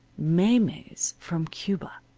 maymeys from cuba.